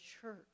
church